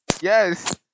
Yes